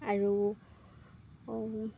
আৰু